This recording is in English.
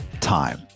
time